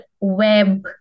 web